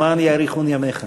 למען יאריכון ימיך.